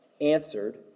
answered